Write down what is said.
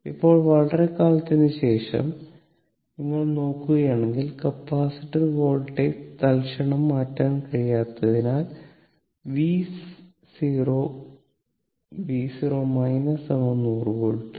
ഇപ്പോൾ വളരെക്കാലത്തിനുശേഷം നിങ്ങൾ നോക്കുകയാണെങ്കിൽകപ്പാസിറ്റർ വോൾട്ടേജ് തൽക്ഷണം മാറ്റാൻ കഴിയാത്തതിനാൽ V V 100 വോൾട്ട്